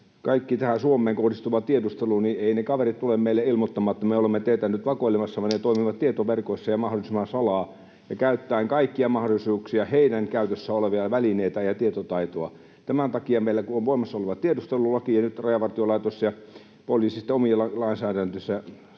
koska tässä Suomeen kohdistuvassa tiedustelussa eivät ne kaverit tule meille ilmoittamaan, että me olemme teitä nyt vakoilemassa, vaan he toimivat tietoverkoissa mahdollisimman salaa ja käyttäen kaikkia mahdollisuuksia, heidän käytössään olevia välineitä ja tietotaitoa. Tämän takia, meillä kun on voimassa oleva tiedustelulaki ja nyt Rajavartiolaitoksen ja poliisin omat lainsäädännöt